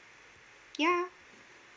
ya